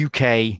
UK